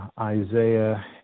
Isaiah